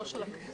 לא של הכנסת.